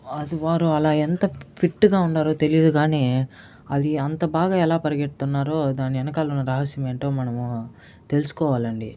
అది వారు అలా ఎంత ఫిట్టు గా ఉండారో తెలియదు కానీ అది అంత బాగా ఎలా పరిగెడుతున్నారో దాని వెనకాల ఉన్న రహస్యం ఏంటో మనము తెలుసుకోవాలండి